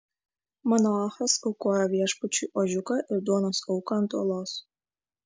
manoachas aukojo viešpačiui ožiuką ir duonos auką ant uolos